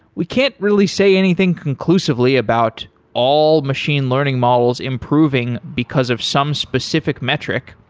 we can't really say anything conclusively about all machine learning models improving, because of some specific metric,